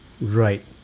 right